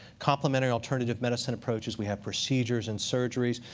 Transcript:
complementary alternative medicine approaches we have procedures and surgeries.